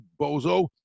Bozo